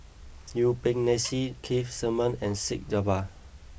Yuen Peng McNeice Keith Simmons and Syed Albar